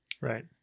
Right